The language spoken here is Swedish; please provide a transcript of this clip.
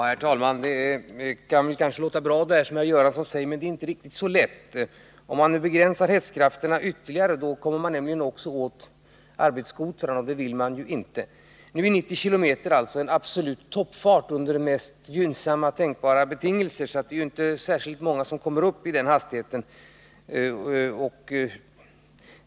Herr talman! Det som herr Göransson säger kan låta bra, men det är inte riktigt så lätt att genomföra. Om man begränsar hästkrafterna ytterligare kommer man nämligen också åt arbetsskotrarna, och det vill man ju inte. Nu är 90 km i timmen alltså absolut toppfart — som kan uppnås bara under de gynnsammaste tänkbara betingelser — så det är inte särskilt många som kommer upp i den hastigheten med sin skoter.